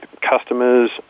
customers